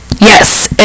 Yes